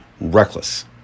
reckless